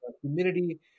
humidity